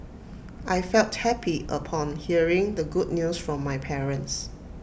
I felt happy upon hearing the good news from my parents